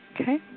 Okay